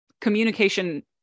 communication